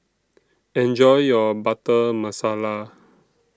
Enjoy your Butter Masala